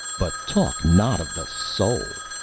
but talk not of the soul,